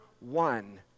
one